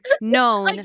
known